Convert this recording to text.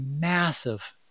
massive